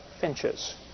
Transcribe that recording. finches